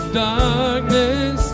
darkness